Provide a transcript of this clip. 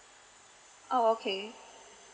oh okay